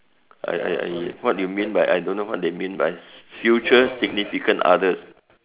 I I I what you mean by I don't know what they mean by future significant others